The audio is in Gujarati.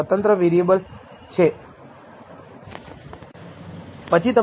18 ગુણ્યા 3